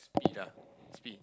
speed ah speed